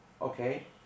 okay